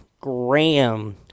Graham